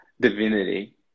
divinity